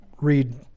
read